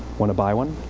want to buy one?